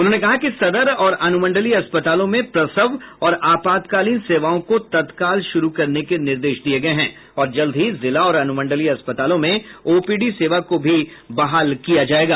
उन्होंने कहा कि सदर और अनुमंडलीय अस्पतालों में प्रसव और आपातकालीन सेवाओं को तत्काल शुरू करने के निर्देश दिये गये हैं और जल्द ही जिला और अनुमंडलीय अस्पतालों में ओपीडी सेवा को भी बहाल किया जायेगा